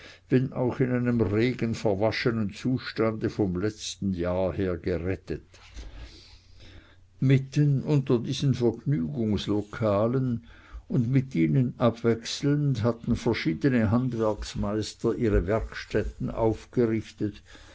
wenn auch in einem regenverwaschenen zustande vom letzten jahr her gerettet mitten unter diesen vergnügungslokalen und mit ihnen abwechselnd hatten verschiedene handwerksmeister ihre werkstätten aufgerichtet